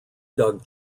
doug